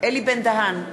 אלי בן-דהן,